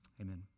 amen